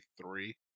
three